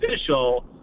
official